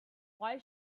why